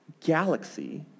galaxy